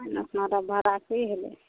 एतना तब भाड़ा कि होलै